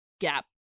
gap